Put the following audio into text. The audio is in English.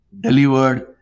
delivered